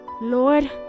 Lord